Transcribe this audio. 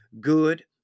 good